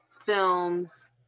films